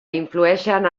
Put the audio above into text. influïxen